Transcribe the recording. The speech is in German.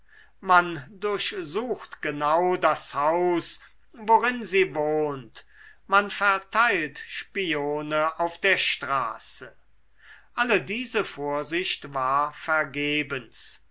man durchsucht genau das haus worin sie wohnt man verteilt spione auf der straße alle diese vorsicht war vergebens